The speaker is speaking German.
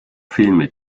filme